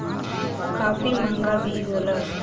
काफी महंगा भी होला